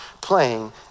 playing